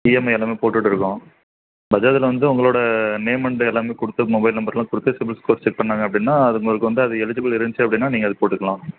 EMI அந்த மாதிரி போட்டுகிட்ருக்கோம் பஜாஜில வந்து உங்களோட நேம் அண்டு எல்லாமே கொடுத்துட்ணும் மொபைல் நம்பர்லாம் கொடுத்து ஸ்கோர் செக் பண்ணாங்கள் அப்படின்னா அது உங்களுக்கு வந்து அது எலிஜிபிள் இருந்துச்சு அப்படின்னா நீங்கள் அது போட்டுக்கலாம்